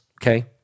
okay